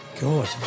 God